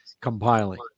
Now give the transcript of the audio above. compiling